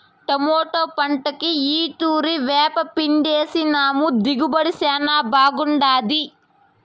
tomato పంటకు ఈ తూరి వేపపిండేసినాము దిగుబడి శానా బాగుండాది